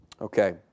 Okay